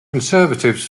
conservatives